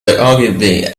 ogilvy